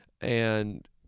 and-